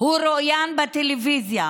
הוא רואיין בטלוויזיה,